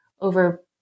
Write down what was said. over